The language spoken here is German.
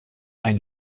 ein